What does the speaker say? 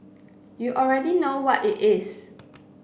you already know what it is